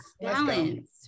balance